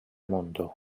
mondo